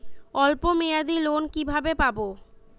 অল্প মেয়াদি লোন কিভাবে পাব?